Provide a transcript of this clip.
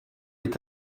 est